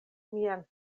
mian